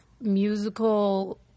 musical